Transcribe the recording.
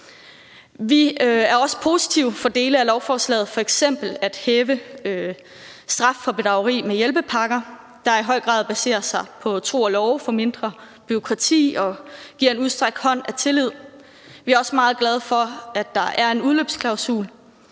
Vi er også positive over for dele af lovforslaget, f.eks. at hæve straffen for bedrageri med hjælpepakker, der i høj grad baserer sig på tro og love for at give mindre bureaukrati og giver en udstrakt hånd af tillid. Vi er også meget glade for, at der er en udløbsklausul.